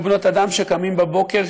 בני ובנות אדם שקמים בבוקר,